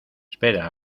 espera